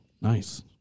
Nice